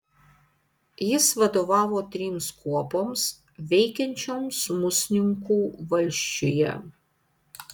jis vadovavo trims kuopoms veikiančioms musninkų valsčiuje